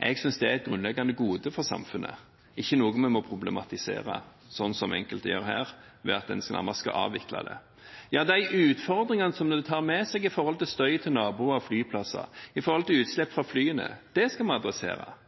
Jeg synes det er et grunnleggende gode for samfunnet, ikke noe vi må problematisere, sånn som enkelte her gjør ved at en nærmest skal avvikle det. De utfordringene det fører med seg når det gjelder støy for naboer til flyplasser, og når det gjelder utslipp fra flyene, skal vi